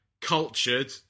cultured